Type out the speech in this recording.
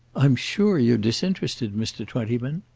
i'm sure you're disinterested, mr. twentyman.